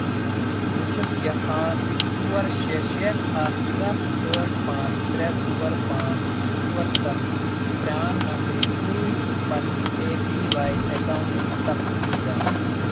بہٕ چھُس یژھان ژور شیٚے شیٚے اکھ سَتھ ٲٹھ پانٛژھ ترٛے ژور پانٛژھ ژور سَتھ پران نمبرٕ سۭتۍ پننہِ اے پی وای اکاؤنٹُک تَفصیٖل زانُن